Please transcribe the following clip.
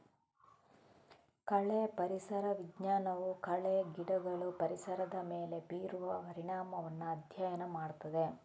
ಕಳೆ ಪರಿಸರ ವಿಜ್ಞಾನವು ಕಳೆ ಗಿಡಗಳು ಪರಿಸರದ ಮೇಲೆ ಬೀರುವ ಪರಿಣಾಮವನ್ನ ಅಧ್ಯಯನ ಮಾಡ್ತದೆ